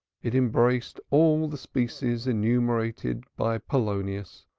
it embraced all the species enumerated by polonius,